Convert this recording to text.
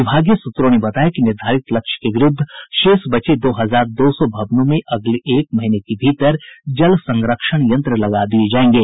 विभागीय सूत्रों ने बताया कि निर्धारित लक्ष्य के विरूद्ध शेष बचे दो हजार दो सौ भवनों में अगले एक महीने के भीतर जल संरक्षण यंत्र लगा दिये जायेंगे